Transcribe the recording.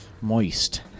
Moist